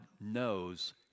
knows